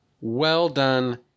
well-done